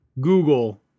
Google